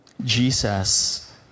Jesus